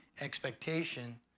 expectation